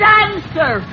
answer